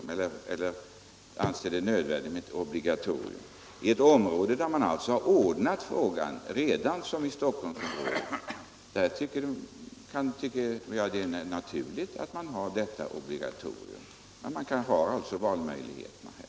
I ett område som Stockholmsområdet, där frågan redan är löst, tycker jag att det är naturligt att ha detta obligatorium. Men det bör finnas möjlighet för dem som sköter körkortsutbildningen i andra områden att välja om de vill ha ett obligatorium eller inte.